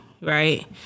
right